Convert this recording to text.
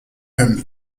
him